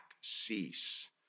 cease